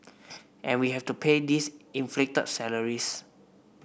and we have to pay these inflated salaries